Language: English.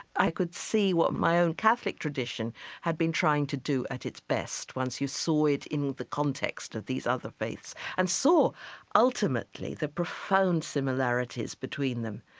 i could see what my own catholic tradition had been trying to do at its best once you saw it in the context of these other faiths and saw ultimately the profound similarities between them.